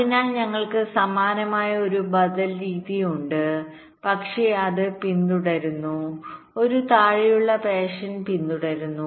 അതിനാൽ ഞങ്ങൾക്ക് സമാനമായ ഒരു ബദൽ രീതി ഉണ്ട് പക്ഷേ അത് ഒരു പിന്തുടരുന്നു ഒരു താഴെയുള്ള ഫാഷൻ പിന്തുടരുന്നു